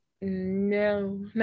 No